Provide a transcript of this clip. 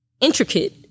intricate